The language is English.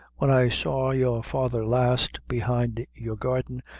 when i saw your father last, behind your garden,